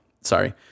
sorry